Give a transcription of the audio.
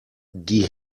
die